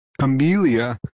Amelia